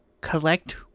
collect